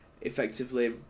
effectively